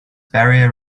barrier